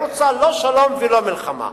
היא רוצה לא שלום ולא מלחמה.